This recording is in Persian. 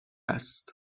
است